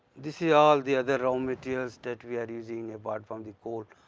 this is all the other raw materials that we are using apart from the coal,